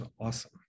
awesome